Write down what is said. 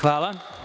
Hvala.